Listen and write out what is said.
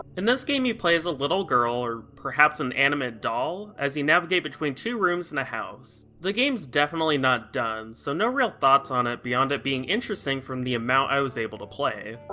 in this game you play as a little girl, or perhaps an animate doll, as you navigate between two rooms in a house. the game's definitely not done, so, no real thoughts on it beyond it being interesting from the amount i was able to play. seventeen